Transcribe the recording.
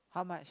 how much